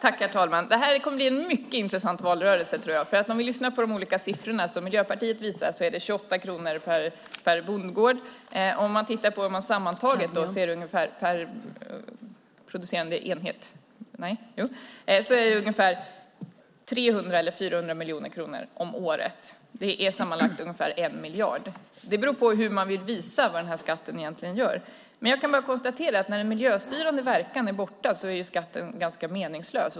Fru talman! Det kommer att bli en mycket intressant valrörelse. Om man lyssnar på de olika siffrorna menar Miljöpartiet att det handlar om 28 kronor per bondgård. Om man tittar på det sammantaget per producerande enhet är det ungefär 300 eller 400 miljoner kronor om året. Det är sammanlagt ungefär 1 miljard. Det beror på hur man vill visa vad skatten egentligen gör. Jag kan konstatera att när den miljöstyrande verkan är borta är skatten ganska meningslös.